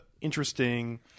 interesting